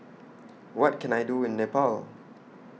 What Can I Do in Nepal